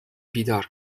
بیدار